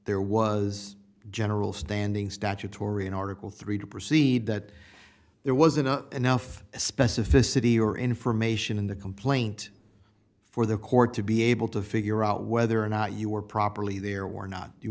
there was general standing statutory in article three to proceed that there wasn't enough specificity or information in the complaint for the court to be able to figure out whether or not you were properly there were not you